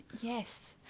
yes